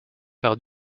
par